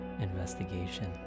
investigation